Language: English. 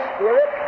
Spirit